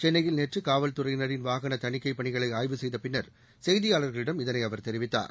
சென்னையில் நேற்று காவல்துறையினரின் வாகன தணிக்கைப் பணிகளை ஆய்வு செய்தபின்னர் செய்தியாளர்களிடம் இதனை அவர் தெரிவித்தார்